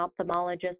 ophthalmologist